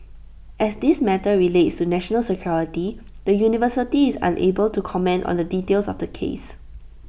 as this matter relates to national security the university is unable to comment on the details of the case